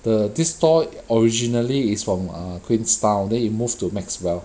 the this store originally is from uh queenstown then it move to maxwell